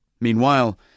Meanwhile